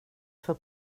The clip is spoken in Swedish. för